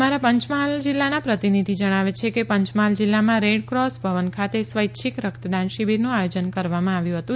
અમારા પંચમહાલ જિલ્લાના પ્રતિનિધિ જણાવે છે કે પંચમહાલ જિલ્લામાં રેડક્રોસ ભવન ખાતે સ્વૈચ્છિક રક્તદાન શિબિરનું આયોજન કરવામાં આવ્યું હતું